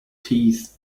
teeth